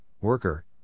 worker